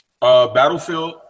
Battlefield